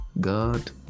God